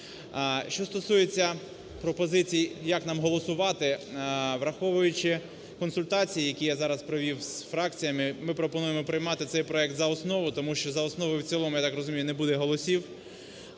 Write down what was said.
Що стосується пропозицій, як нам голосувати, враховуючи консультації, які я зараз провів з фракціями, ми пропонуємо приймати цей проект за основу, тому що за основу і в цілому, я так розумію, не буде голосів.